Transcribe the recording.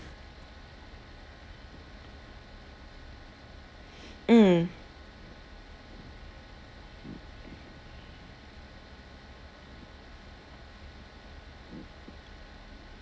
mm